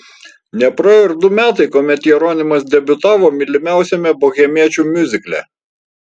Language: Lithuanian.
nepraėjo ir du metai kuomet jeronimas debiutavo mylimiausiame bohemiečių miuzikle